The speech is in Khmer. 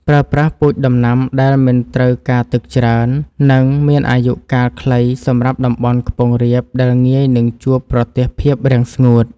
ប្រើប្រាស់ពូជដំណាំដែលមិនត្រូវការទឹកច្រើន និង មានអាយុកាលខ្លីសម្រាប់តំបន់ខ្ពង់រាបដែលងាយនឹងជួបប្រទះភាពរាំងស្ងួត។